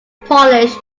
polish